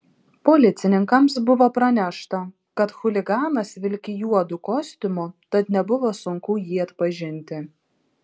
policininkams buvo pranešta kad chuliganas vilki juodu kostiumu tad nebuvo sunku jį atpažinti